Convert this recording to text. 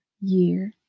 year